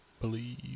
believe